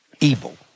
evil